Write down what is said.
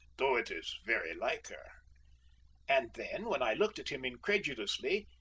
though it is very like her and then, when i looked at him incredulously,